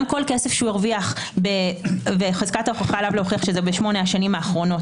גם כל כסף שהרוויח וחזקת ההוכחה עליו להוכיח שזה בשמונה השנים האחרונות